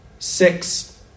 six